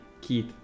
Keith